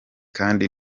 kandi